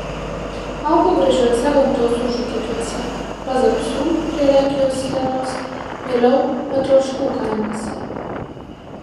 augo gražiuose gamtos užutekiuose pazapsių prie lenkijos sienos vėliau petroškų kaimuose